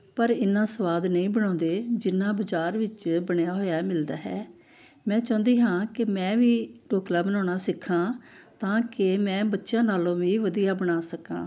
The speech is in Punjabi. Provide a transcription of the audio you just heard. ਪਰ ਇੰਨਾਂ ਸਵਾਦ ਨਹੀਂ ਬਣਾਉਂਦੇ ਜਿੰਨਾਂ ਬਜ਼ਾਰ ਵਿੱਚ ਬਣਿਆ ਹੋਇਆ ਮਿਲਦਾ ਹੈ ਮੈਂ ਚਾਹੁੰਦੀ ਹਾਂ ਕਿ ਮੈਂ ਵੀ ਢੋਕਲਾ ਬਣਾਉਣਾ ਸਿੱਖਾਂ ਤਾਂ ਕਿ ਮੈਂ ਬੱਚਿਆਂ ਨਾਲੋਂ ਵੀ ਵਧੀਆ ਬਣਾ ਸਕਾਂ